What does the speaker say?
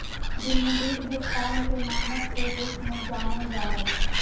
बिलम्बित भुगतान के मानक के रूप में जानल जा हइ